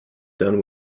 done